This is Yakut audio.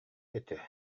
этэ